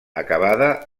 acabada